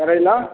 करेला